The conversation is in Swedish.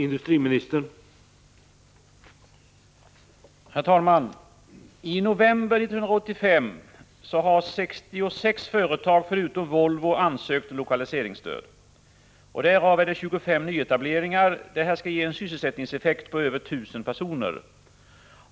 Herr talman! I november 1985 har 66 företag, förutom Volvo, ansökt om lokaliseringsstöd. Därav är 25 nyetableringar. Detta skall ge en sysselsättningseffekt på över 1 000 arbetstillfällen.